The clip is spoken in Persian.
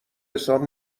حساب